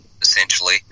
essentially